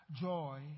joy